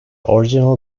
original